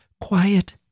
quiet